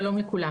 שלום לכולם,